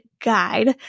Guide